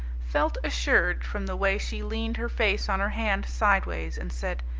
felt assured, from the way she leaned her face on her hand sideways and said,